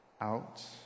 Out